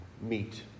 meet